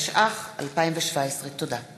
התשע"ח 2017. תודה.